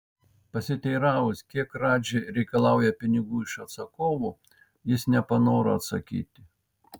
pasiteiravus kiek radži reikalauja pinigų iš atsakovų jis nepanoro atsakyti